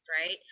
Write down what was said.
right